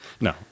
no